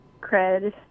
cred